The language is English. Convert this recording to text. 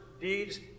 deeds